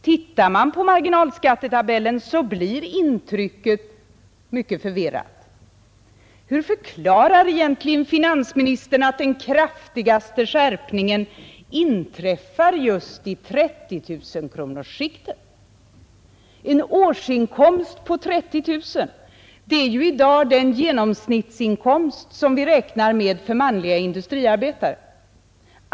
Tittar man på marginalskattetabellen, så blir intrycket mycket förvirrat. Hur förklarar egentligen finansministern att den kraftigaste skärpningen inträffar just i 30 000-kronorsskiktet? En årsinkomst på 30 000 — det är ju i dag den genomsnittsinkomst som vi räknar med för manliga industriarbetare.